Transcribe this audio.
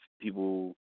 people